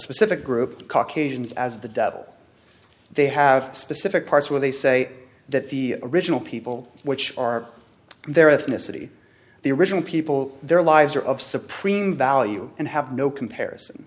specific group caucasians as the devil they have specific parts where they say that the original people which are their ethnicity the original people their lives are of supreme value and have no comparison